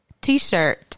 t-shirt